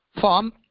form